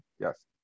Yes